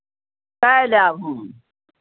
काल्हि आयब हम